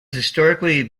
historically